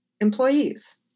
employees